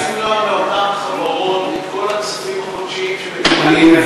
אנחנו רוצים למנוע מאותן חברות את כל הכספים החודשיים שמקבלים מאותו,